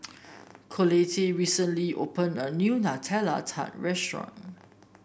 Colette recently opened a new Nutella Tart restaurant